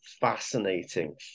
fascinating